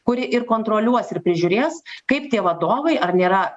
kuri ir kontroliuos ir prižiūrės kaip tie vadovai ar nėra